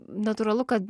natūralu kad